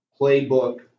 playbook